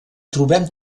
trobem